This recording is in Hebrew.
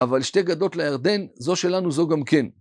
אבל שתי גדות לירדן, זו שלנו זו גם כן.